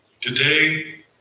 Today